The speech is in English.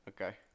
Okay